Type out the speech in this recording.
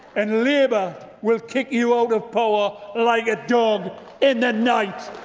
and labour will kick you out of power like a dog in the night.